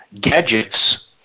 gadgets